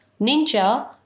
ninja